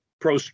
Pro